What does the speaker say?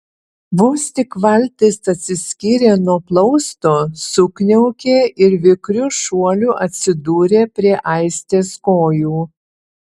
vos tik valtis atsiskyrė nuo plausto sukniaukė ir vikriu šuoliu atsidūrė prie aistės kojų